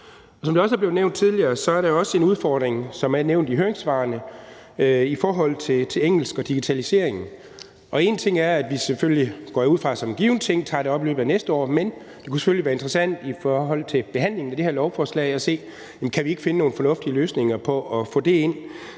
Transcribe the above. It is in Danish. Som det er blevet nævnt tidligere, og som det er nævnt i høringssvarene, er det også en udfordring i forhold til engelsk og digitalisering. En ting er, at vi selvfølgelig – det går jeg ud fra som en given ting – tager det op i løbet af næste år, men det kunne selvfølgelig være interessant i forhold til behandlingen af det her lovforslag at se, om vi ikke kan finde nogle fornuftige løsninger på at få det ind,